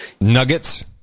Nuggets